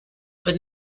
but